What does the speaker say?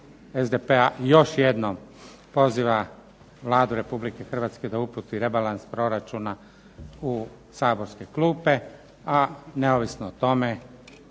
SDP-a još jednom poziva Vladu Republike Hrvatske da uputi rebalans proračuna u saborske klupe, a neovisno o tome